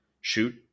shoot